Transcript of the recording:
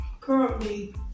currently